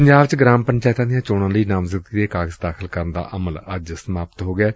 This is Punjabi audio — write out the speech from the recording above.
ਪੰਜਾਬ ਚ ਗਰਾਮ ਪੰਚਾਇਤਾਂ ਦੀਆਂ ਚੋਣਾਂ ਲਈ ਨਾਮਜ਼ਦਗੀ ਦੇ ਕਾਗਜ਼ ਦਾਖਲ ਕਰਨ ਦਾ ਅਮਲ ਅੱਜ ਖ਼ਤਮ ਹੋ ਗਿਐ